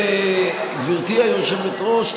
גברתי היושבת-ראש,